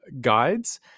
guides